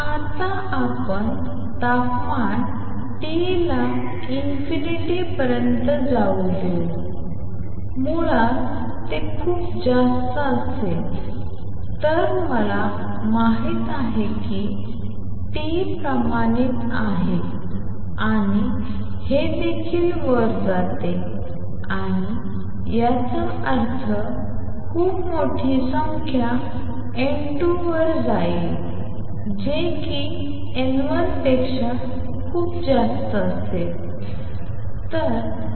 आता आपण तपमान T ला ∞ पर्यंत जाऊ देऊ मुळात ते खूप जास्त असेल तर मला माहित आहे की T uTप्रमाणित T4आहे आणि हे देखील ∞ वर जाते आणि याचा अर्थ N2N1 खूप मोठी संख्या N2 वर जाईल जे कि N1पेक्षा खूप जास्त असेल